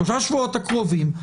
בשלושת השבועות הקרובים,